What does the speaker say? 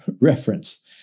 reference